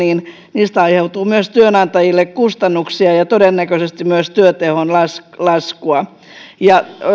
niistä aiheutuu myös työnantajille kustannuksia ja todennäköisesti myös työtehon laskua ja